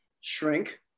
shrink